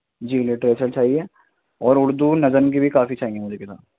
جی literature چاہیے اور اردو نظم کی بھی کافی چاہیے مجھے کتاب